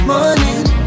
Morning